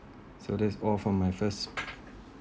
so this all from my first